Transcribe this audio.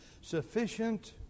sufficient